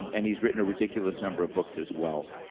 um and he's written a ridiculous number of books as well,